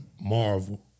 Marvel